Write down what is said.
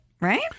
right